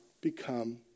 Become